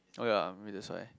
oh ya maybe that's why